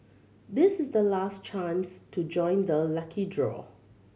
this is the last chance to join the lucky draw